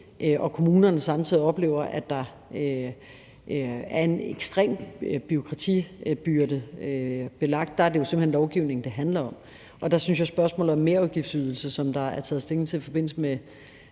og kommunerne samtidig oplever, at der er en ekstrem bureaukratisk byrde, er det jo simpelt hen lovgivningen, det handler om. Der synes jeg, at spørgsmålet om en merudgiftsydelse, som der er taget stilling til i forbindelse med